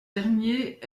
dernier